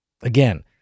Again